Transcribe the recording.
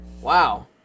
Wow